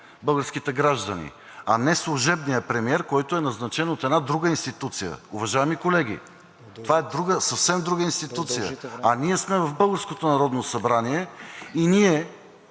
българските граждани, а не служебният премиер, който е назначен от една друга институция. Уважаеми колеги, това е съвсем друга институция, а ние сме в българското Народно събрание и ние